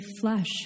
flesh